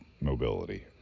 mobility